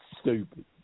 stupid